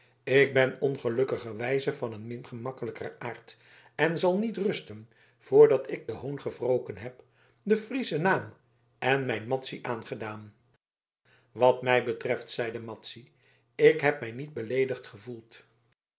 ik ben ongelukkigerwijze van een min gemakkelijken aard en zal niet rusten voordat ik den hoon gewroken heb den frieschen naam en mijn madzy aangedaan wat mij betreft zeide madzy ik heb mij niet beleedigd gevoeld